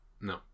No